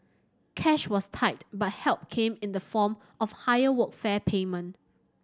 cash was tight but help came in the form of a higher workfare payment